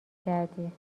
کردی